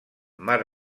mar